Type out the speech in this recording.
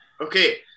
okay